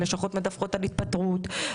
הלשכות מדווחות על התפטרות.